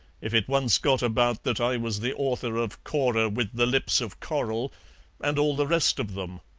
if it once got about that i was the author of cora with the lips of coral and all the rest of them.